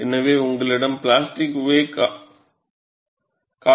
எனவே உங்களிடம் பிளாஸ்டிக் வேக் காட்டப்பட்டுள்ளது